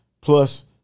plus